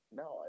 no